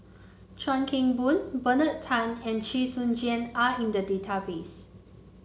Chuan Keng Boon Bernard Tan and Chee Soon Juan are in the database